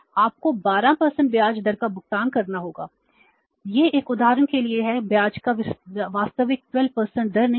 आपको 12 ब्याज दर का भुगतान करना होगा यह एक उदाहरण के लिए है ब्याज की वास्तविक 12 दर नहीं है